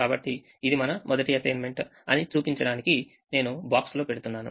కాబట్టి ఇది మన మొదటి అసైన్మెంట్ అని చూపించడానికి నేను boxలో పెడుతున్నాను